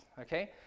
Okay